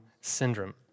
Syndrome